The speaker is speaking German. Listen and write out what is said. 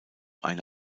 eine